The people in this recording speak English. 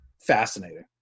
fascinating